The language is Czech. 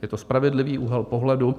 Je to spravedlivý úhel pohledu.